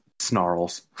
snarls